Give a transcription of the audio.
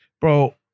Bro